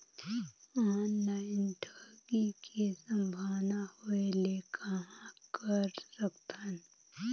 Online ठगी के संभावना होय ले कहां कर सकथन?